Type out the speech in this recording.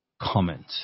comment